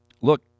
look